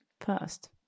first